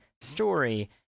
story